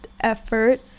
effort